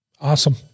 Awesome